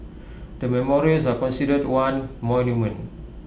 the memorials are considered one monument